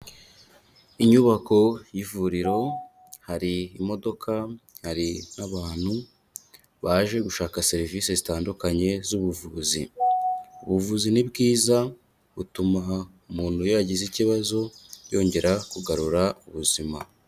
Inyubako y'ivuriro, hari imodoka, hari n'abantu baje gushaka serivise zitandukanye z'ubuvuzi. Ubuvuzi ni bwiza butuma umuntu iyo yagize ikibazo yongera kugarura ubuzima.